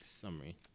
summary